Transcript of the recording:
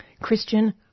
Christian